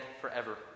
forever